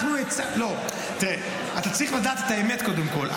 אתה צריך לדעת את האמת קודם כול,